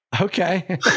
Okay